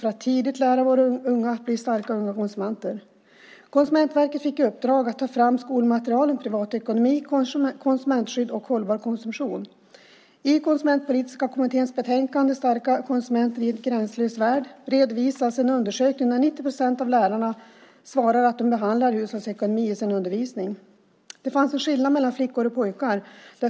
Vi måste tidigt lära våra unga att bli starka unga konsumenter. Konsumentverket har fått i uppdrag att ta fram skolmaterial om privatekonomi, konsumentskydd och hållbar konsumtion. I Konsumentpolitiska kommitténs betänkande Starka konsumenter i en gränslös värld redovisas en undersökning där 90 procent av lärarna svarat att de behandlar hushållsekonomi i sin undervisning. Det fanns en skillnad mellan flickor och pojkar.